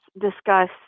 discuss